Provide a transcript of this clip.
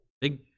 big